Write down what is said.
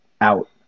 out